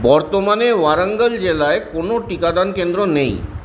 বর্তমানে ওয়ারাঙ্গল জেলায় কোনো টিকাদান কেন্দ্র নেই